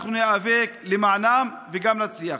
אנחנו ניאבק למענם וגם נצליח.